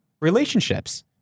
relationships